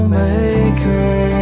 maker